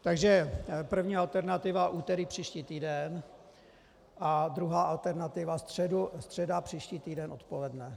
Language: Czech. Takže první alternativa úterý příští týden a druhá alternativa středa příští týden odpoledne.